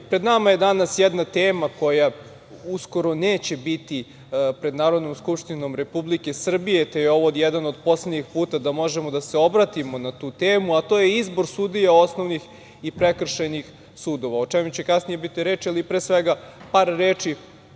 pred nama je danas jedna tema koja uskoro neće biti pred Narodnom skupštinom Republike Srbije, te je ovo jedan od poslednjih puta da možemo da se obratimo na tu temu, a to je izbor sudija osnovnih i prekršajnih sudova, o čemu će kasnije biti reči. Pre svega, par reči